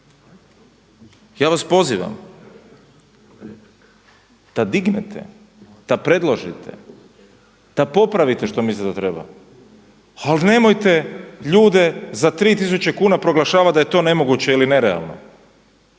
Ja vas pozivam da dignete, da predložite, da popravite što mislite da treba ali nemojte ljude za 3 tisuće kuna da je to nemoguće ili nerealno,